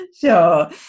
Sure